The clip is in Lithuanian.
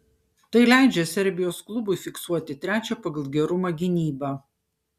tai leidžia serbijos klubui fiksuoti trečią pagal gerumą gynybą